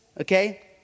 okay